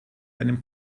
einem